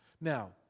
Now